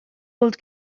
old